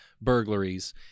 burglaries